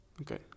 Okay